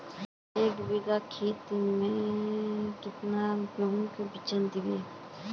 एक बिगहा खेत में कते गेहूम के बिचन दबे?